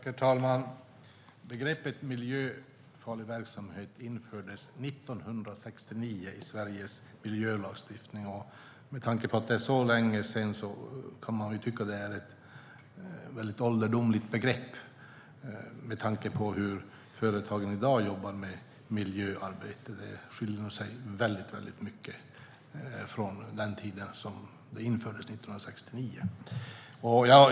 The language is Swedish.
Herr talman! Begreppet miljöfarlig verksamhet infördes 1969 i Sveriges miljölagstiftning. Med tanke på att det är så länge sedan kan man tycka att det är ett väldigt ålderdomligt begrepp sett till hur företagen i dag ägnar sig åt miljöarbete. Det är stor skillnad jämfört med när begreppet infördes 1969.